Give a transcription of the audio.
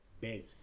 Big